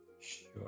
sure